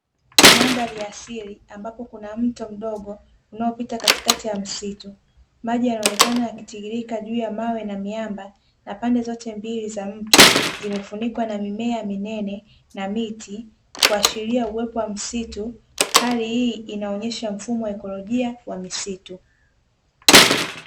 Mandhali ya asili, ambapo kuna mto mdogo unaopita katikati ya msitu, maji yanaonekana yakitiririka juu ya mawe na miamba na pande zote mbili za mto zimefunikwa na mimea minene na miti kuashiria uwepo wa msitu, hali hii inaonesha mfumo wa ikolojia ya misitu.